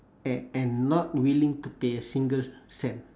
and and not willing to pay a single cent